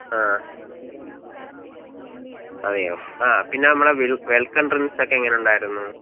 ആ അതെയോ പിന്നെ നമ്മുടെ വിൽ വെൽക്കം ഡ്രിങ്ക്സ് ഒക്കെ എങ്ങനെ ഉണ്ടായിരുന്നു